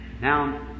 Now